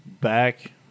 back